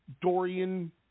Dorian